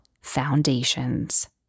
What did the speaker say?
Foundations